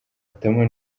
hitamo